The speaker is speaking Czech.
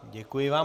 Děkuji vám.